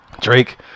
Drake